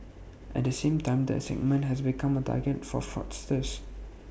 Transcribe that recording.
at the same time the segment has become A target for fraudsters